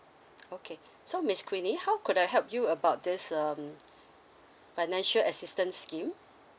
okay so miss quenny how could I help you about this um financial assistance scheme